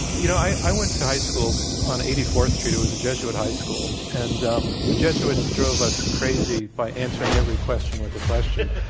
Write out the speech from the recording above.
you know, i i went to high school on eighty fourth street. i was a jesuit high school. and um the jesuits drove us crazy by answering every question with a question.